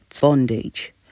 bondage